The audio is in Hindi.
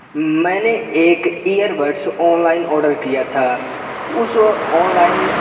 मैंने एक ईयरबड्स ओनलाइन ऑर्डर किया था उस ओनलाइन